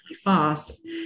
fast